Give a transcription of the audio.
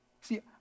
See